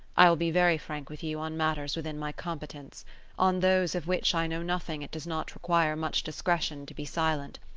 i will be very frank with you on matters within my competence on those of which i know nothing it does not require much discretion to be silent.